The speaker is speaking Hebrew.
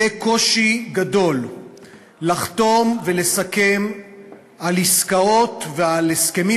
יהיה קושי גדול לחתור ולסכם עסקאות והסכמים